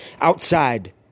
Outside